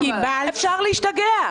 אפשר להשתגע.